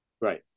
Right